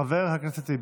חבר הכנסת טיבי.